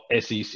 SEC